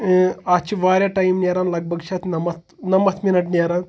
اَتھ چِھ واریاہ ٹایم نیران لَگ بَگ چھِ اَتھ نَمَتھ نَمَتھ مِنٹ نیران